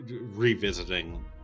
revisiting